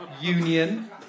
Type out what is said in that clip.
union